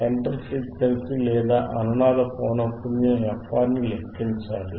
centre frequency లేదా అనునాద పౌనఃపున్యం fR ని లెక్కించాలి